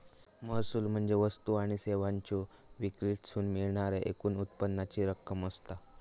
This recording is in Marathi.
महसूल म्हणजे वस्तू आणि सेवांच्यो विक्रीतसून मिळणाऱ्या एकूण उत्पन्नाची रक्कम असता